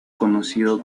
conocido